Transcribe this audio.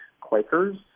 Quakers